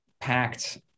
packed